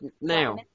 now